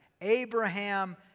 Abraham